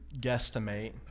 guesstimate